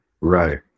Right